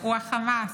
הוא החמאס,